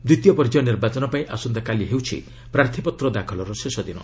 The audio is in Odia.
ଦ୍ୱିତୀୟ ପର୍ଯ୍ୟାୟ ନିର୍ବାଚନ ପାଇଁ ଆସନ୍ତାକାଲି ହେଉଛି ପ୍ରାର୍ଥୀପତ୍ର ଦାଖଲର ଶେଷ ଦିନ